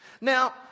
Now